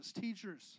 teachers